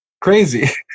crazy